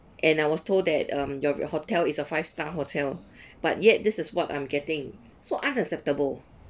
and I was told that um your hotel is a five star hotel but yet this is what I'm getting so unacceptable